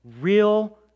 real